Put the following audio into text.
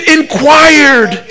inquired